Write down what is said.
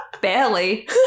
Barely